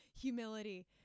Humility